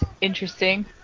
Interesting